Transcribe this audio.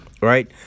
Right